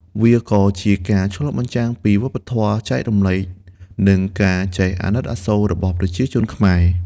វាក៏ជាការឆ្លុះបញ្ចាំងពីវប្បធម៌ចែករំលែក និងការចេះអាណិតអាសូររបស់ប្រជាជនខ្មែរ។